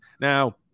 Now